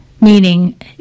meaning